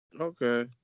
Okay